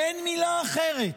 אין מילה אחרת,